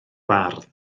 bardd